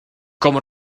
como